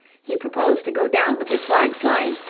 he proposed to go down with his flag flying,